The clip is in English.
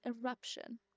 eruption